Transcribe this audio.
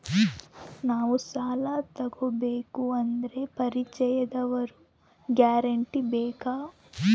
ನಾವು ಸಾಲ ತೋಗಬೇಕು ಅಂದರೆ ಪರಿಚಯದವರ ಗ್ಯಾರಂಟಿ ಬೇಕಾ?